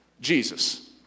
Jesus